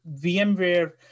VMware